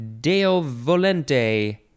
deovolente